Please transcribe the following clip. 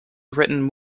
written